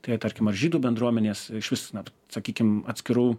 tai tarkim ar žydų bendruomenės išvis na sakykim atskirų